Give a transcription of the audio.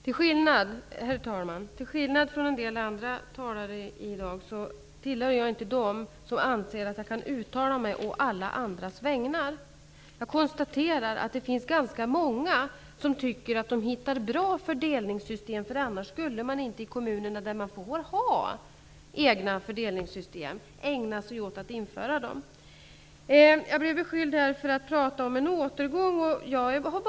Herr talman! Till skillnad från en del andra talare i dag tillhör jag inte dem som anser att jag kan uttala mig å alla andras vägnar. Jag konstaterar att det finns ganska många som tycker att de hittat bra fördelningssystem. Annars skulle man inte i kommunerna, där man får ha egna fördelningssystem, ägna sig åt att införa dem. Jag blev beskylld för att prata om en återgång till en tidigare ordning.